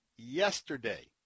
yesterday